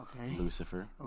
Lucifer